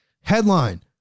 Headline